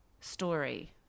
story